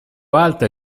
alta